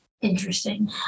interesting